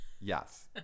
Yes